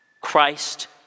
Christ